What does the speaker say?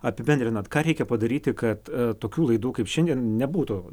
apibendrinant ką reikia padaryti kad tokių laidų kaip šiandien nebūtų